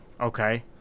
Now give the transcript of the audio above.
Okay